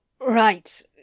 right